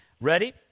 Ready